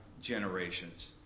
generations